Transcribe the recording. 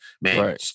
man